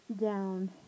down